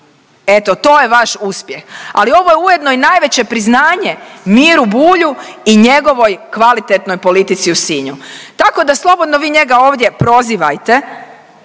Eto to je vaš uspjeh. Ali ovo je ujedno i najveće priznanje Miru Bulju i njegovoj kvalitetnoj politici u Sinju. Tako da slobodno vi njega ovdje prozivajte